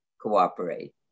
cooperate